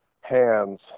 hands